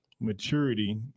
maturity